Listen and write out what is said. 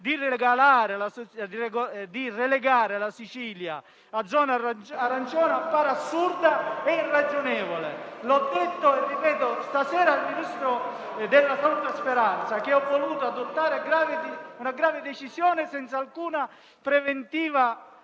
di relegare la Sicilia a zona arancione appare assurda e irragionevole. L'ho detto e ripetuto stasera al ministro della salute Speranza, che ha voluto adottare una grave decisione senza alcuna preventiva